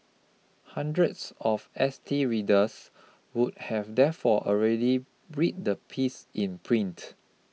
hundreds of S T readers would have therefore already read the piece in print